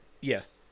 Yes